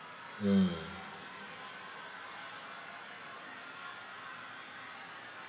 mm